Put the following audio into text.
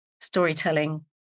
storytelling